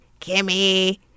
Kimmy